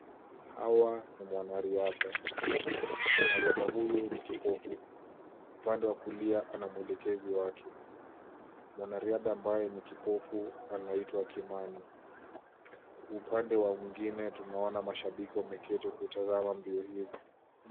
Hawa ni mwanariadha. Mwanariadha huyu ni kipofu. Upande wa kulia ana mwelekezi wake. Mwanariadha ambaye ni kipofu anaitwa Kimani. Upande wa mwingine tunaona mashabiki wameketi kutazama mbio hizi.